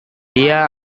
dia